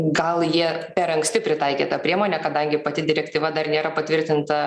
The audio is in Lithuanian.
gal jie per anksti pritaikė tą priemonę kadangi pati direktyva dar nėra patvirtinta